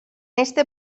este